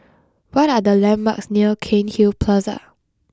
what are the landmarks near Cairnhill Plaza